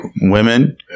women